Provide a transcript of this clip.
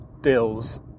deals